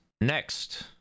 Next